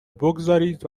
بگذارید